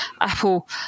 Apple